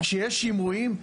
שיהיה שימועים.